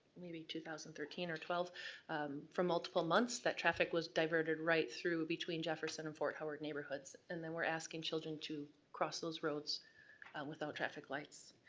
maybe two thousand and thirteen or twelve for multiple months, that traffic was diverted right through between jefferson and fort howard neighborhoods. and then we're asking children to cross those roads without traffic lights.